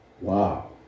wow